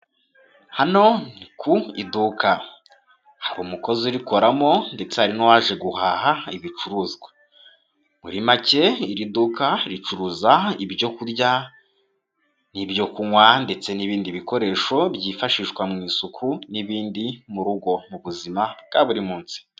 Hano ni ku iduka. Hari umukozi Urikoramo ndetse hari n'uwaje guhaha ibicuruzwa, muri make iri duka ricuruza ibyoku kurya nibyo kunywa ndetse n'ibindi bikoresho byifashishwa mu isuku n'ibindi mu rugo mu buzima bwa buri munsi.